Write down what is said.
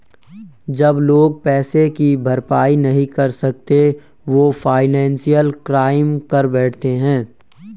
जब लोग पैसे की भरपाई नहीं कर सकते वो फाइनेंशियल क्राइम कर बैठते है